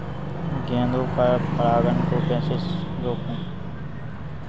गेंदा में पर परागन को कैसे रोकुं?